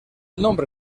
nombre